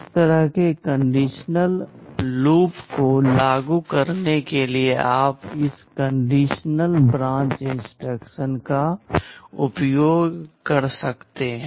इस तरह के कंडीशनल लूप को लागू करने के लिए आप इस कंडीशनल ब्रांच इंस्ट्रक्शन का उपयोग कर सकते हैं